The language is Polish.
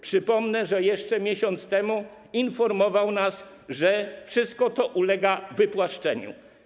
Przypomnę też, że jeszcze miesiąc temu informował nas on, że wszystko to ulega wypłaszczeniu.